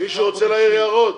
רוצה להעיר הערות?